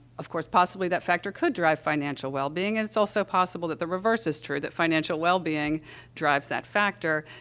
of course, possibly, that factor could drive financial wellbeing, and it's also possible that the reverse is true, that financial wellbeing drives that factor,